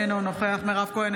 אינו נוכח מירב כהן,